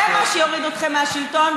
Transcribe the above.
זה מה שיוריד אתכם מהשלטון,